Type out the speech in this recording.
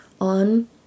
on